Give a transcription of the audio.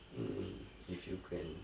mm if you can